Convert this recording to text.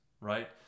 right